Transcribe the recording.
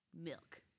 Milk